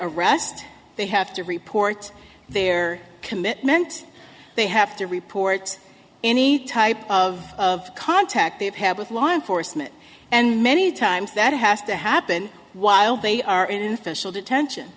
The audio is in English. arrest they have to report their commitment they have to report any type of of contact they've had with law enforcement and many times that has to happen while they are in fishel detention